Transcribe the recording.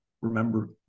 remember